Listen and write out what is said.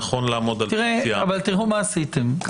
נכון לעמוד על PCR. אבל תראו מה עשיתם.